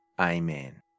Amen